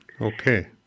Okay